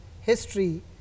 history